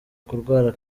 kurwara